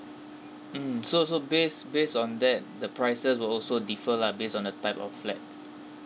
mm so so based based on that the prices will also differ lah based on the type of flat